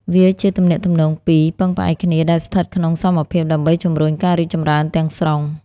វាជាទំនាក់ទំនងពីរពឹងផ្អែកគ្នា ដែលស្ថិតក្នុងសមភាពដើម្បីជំរុញការរីកចម្រើនទាំងស្រុង។